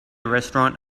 restaurant